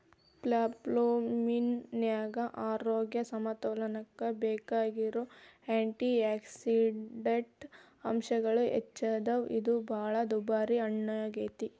ಪ್ಲಮ್ಹಣ್ಣಿನ್ಯಾಗ ಆರೋಗ್ಯ ಸಮತೋಲನಕ್ಕ ಬೇಕಾಗಿರೋ ಆ್ಯಂಟಿಯಾಕ್ಸಿಡಂಟ್ ಅಂಶಗಳು ಹೆಚ್ಚದಾವ, ಇದು ಬಾಳ ದುಬಾರಿ ಹಣ್ಣಾಗೇತಿ